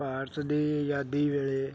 ਭਾਰਤ ਦੀ ਆਜ਼ਾਦੀ ਵੇਲੇ